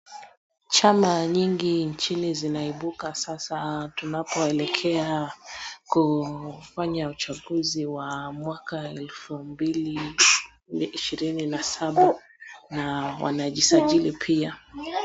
Chama nyingi nchini zinaibuka sana tunapoelekea kufanya uchaguzi wa mwaka wa elfu mbili ishirini na saba na wanajisajili pia.